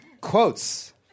quotes